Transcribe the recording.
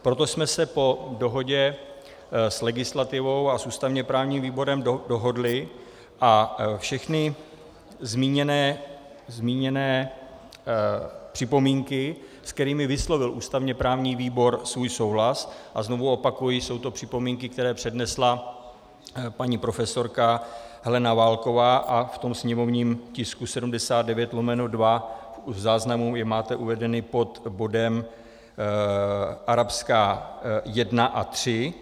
Proto jsme se po dohodě s legislativou a s ústavněprávním výborem dohodli a všechny zmíněné připomínky, s kterými vyslovil ústavněprávní výbor svůj souhlas a znovu opakuji, jsou to připomínky, které přednesla paní profesorka Helena Válková, a v tom sněmovním tisku 79/2, v záznamu, je máte uvedeny pod bodem 1 a 3.